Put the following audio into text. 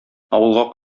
авылга